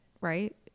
right